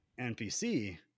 NPC